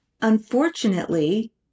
Unfortunately